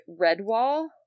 Redwall